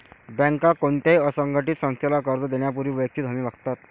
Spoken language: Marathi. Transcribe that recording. बँका कोणत्याही असंघटित संस्थेला कर्ज देण्यापूर्वी वैयक्तिक हमी मागतात